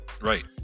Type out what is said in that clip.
Right